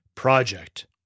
project